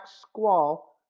squall